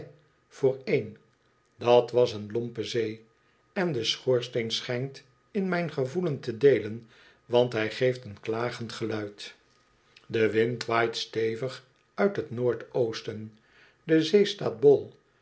voor een dat was een lompe zee en de schoorsteen schijnt in mijn gevoelen te de el en want hij geeft een klagend geluid de wind waait stevig uit t noordoosten de zee staat